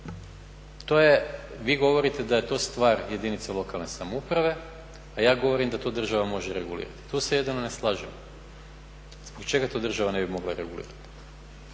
Vi govorite da je to stvar jedinica lokalne samouprave, a ja govorim da to država može regulirati. Tu se jedino ne slažemo. Zbog čega to država ne bi mogla regulirati?